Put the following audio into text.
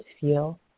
feel